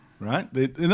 right